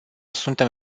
suntem